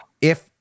if-